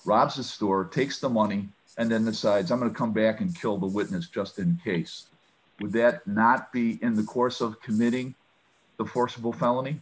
robs a store takes the money and then the sides on the come back and kill the witness just in case that not be in the course of committing a forcible felony